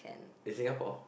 in Singapore